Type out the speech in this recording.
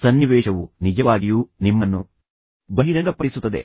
ಸನ್ನಿವೇಶವು ನಿಜವಾಗಿಯೂ ನಿಮ್ಮನ್ನು ಬಹಿರಂಗಪಡಿಸುತ್ತದೆ